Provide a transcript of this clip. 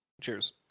Cheers